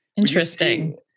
interesting